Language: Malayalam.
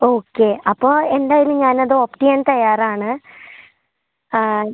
ഓക്കെ അപ്പോൾ എന്തായാലും ഞാൻ അത് ഓപ്റ്റ് ചെയ്യാൻ തയ്യാറാണ്